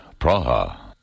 Praha